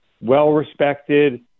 well-respected